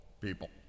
people